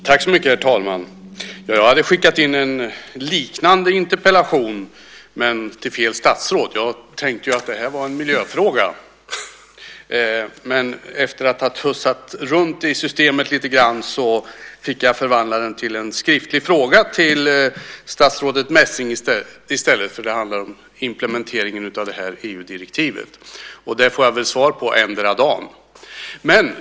Herr talman! Jag hade skickat in en liknande interpellation, men till fel statsråd. Jag tänkte att det här var en miljöfråga, men efter att ha tussat runt i systemet lite grann fick jag förvandla den till en skriftig fråga till statsrådet Messing i stället. Det handlar om implementeringen av EU-direktivet. Den får jag väl svar på endera dagen.